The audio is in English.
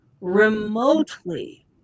remotely